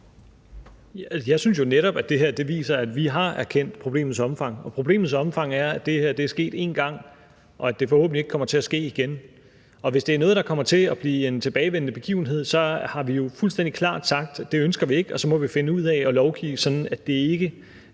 Jeg synes jo netop, at det her viser, at vi har erkendt problemets omfang, og problemets omfang er, at det her er sket en gang, og at det forhåbentlig ikke kommer til at ske igen. Hvis det er noget, der kommer til at blive en tilbagevendende begivenhed, så har vi jo fuldstændig klart sagt, at det ønsker vi ikke – og så må vi finde ud af at lovgive sådan, at det ikke